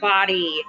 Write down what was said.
Body